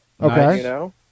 Okay